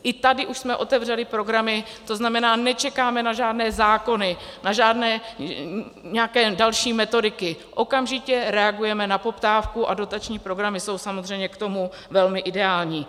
I tady už jsme otevřeli programy, tzn. nečekáme na žádné zákony, na žádné další metodiky, okamžitě reagujeme na poptávku a dotační programy jsou samozřejmě k tomu velmi ideální.